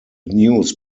news